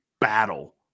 battle